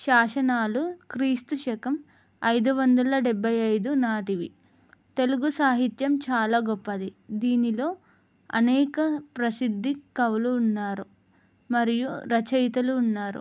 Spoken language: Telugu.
శాసనాలు క్రీస్తు శకం ఐదు వందల డెబ్భై ఐదు నాటివి తెలుగు సాహిత్యం చాలా గొప్పది దీనిలో అనేక ప్రసిద్ధి కవులు ఉన్నారు మరియు రచయితలు ఉన్నారు